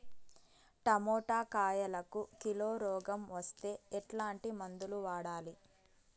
Tomato కాయలకు కిలో రోగం వస్తే ఎట్లాంటి మందులు వాడాలి?